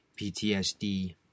PTSD